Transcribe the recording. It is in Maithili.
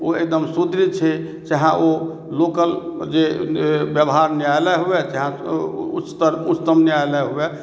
ओ एकदम शुद्ध छै चाहे ओ लोकल जे व्यवहार न्यायालय होए चाहे उच्चतम न्यायालय होए